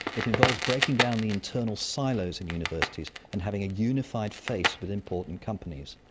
it involves breaking down the internal silos in universities and having a unified face with important companies.